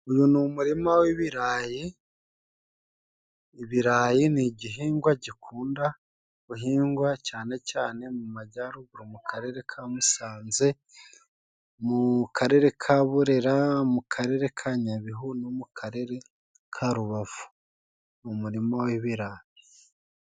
Uyu ni umurima w'ibirayi. Ibirayi ni igihingwa gikunda guhingwa cyane cyane mu majyaruguru mu karere ka Musanze, mu karere ka Burera, mu karere ka Nyabihu no mu karere ka Rubavu mu murima w'ibirayi.